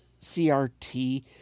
CRT